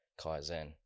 Kaizen